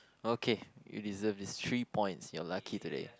okay you deserve these three point you're lucky today